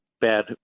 bad